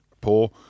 poor